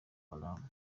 haram